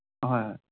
ꯑꯍꯣꯏ ꯍꯣꯏ